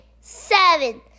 seven